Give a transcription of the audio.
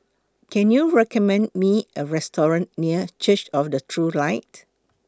Can YOU recommend Me A Restaurant near Church of The True Light